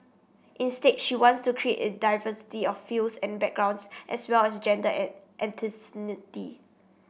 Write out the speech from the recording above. instead she wants to create a diversity of fields and backgrounds as well as gender and ethnicity